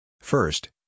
First